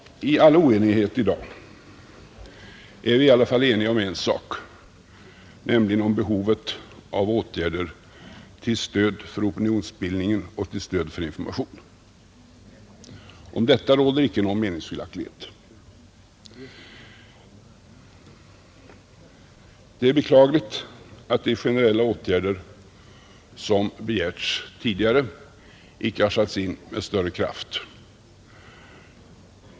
I all oenighet i dag är vi i alla fall eniga om en sak, nämligen om behovet av åtgärder till stöd för opinionsbildningen och informationen. Om detta råder icke någon meningsskiljaktighet. Det är beklagligt att de generella åtgärder som begärts tidigare icke har satts in med större kraft.